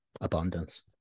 abundance